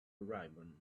ribbon